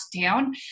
down